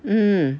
mm